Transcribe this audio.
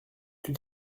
que